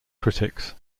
critics